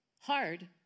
Hard